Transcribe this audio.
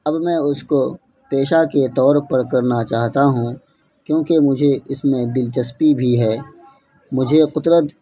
اب میں اس کو پیشہ کے طور پر کرنا چاہتا ہوں کیوں مجھے اس میں دلچسپی بھی ہے مجھے قدرت